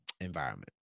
environment